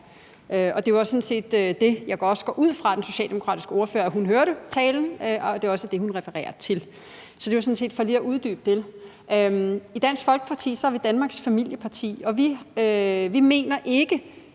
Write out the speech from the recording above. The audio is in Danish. og det er sådan set det. Jeg går også går ud fra, at den socialdemokratiske ordfører hørte talen, og at det også er det, hun refererer til. Så det var sådan set for lige at uddybe det. I Dansk Folkeparti er vi Danmarks familieparti, og vi mener ikke,